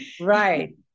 Right